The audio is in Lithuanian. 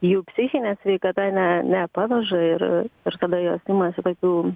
jų psichinė sveikata ne nepaveža ir ir tada jos imasi tokių